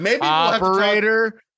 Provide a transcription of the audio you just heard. Operator